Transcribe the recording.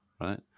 right